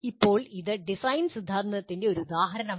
ഇപ്പോൾ ഇത് ഡിസൈൻ സിദ്ധാന്തത്തിന്റെ ഒരു ഉദാഹരണമാണ്